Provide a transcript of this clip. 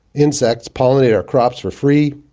insects pollinate our crops for free.